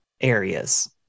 areas